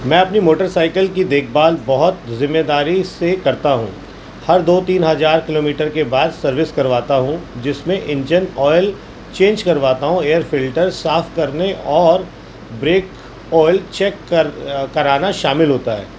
میں اپنی motorcycle کی دیکھ بھال بہت ذمہ داری سے کرتا ہوں ہر دو تین ہزار کلو میٹر کے بعد سروس کرواتا ہوں جس میں انجن آئل چینج کرواتا ہوں ایئر فلٹر صاف کرنے اور بریک آئل چیک کر کرانا شامل ہوتا ہے